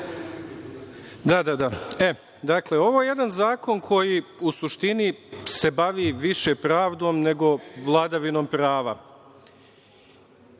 Stevanović** Dakle, ovo je jedan zakon koji u suštini se bavi više pravdom nego vladavinom prava.